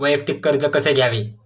वैयक्तिक कर्ज कसे घ्यावे?